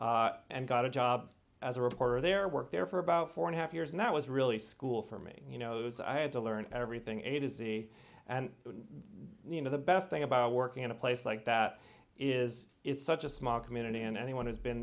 and got a job as a reporter there worked there for about four and a half years and that was really school for me you know it was i had to learn everything a to z and you know the best thing about working in a place like that is it's such a small community and anyone who's been